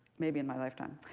maybe in my lifetime.